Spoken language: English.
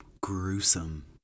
gruesome